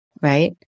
right